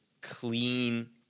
clean